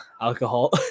alcohol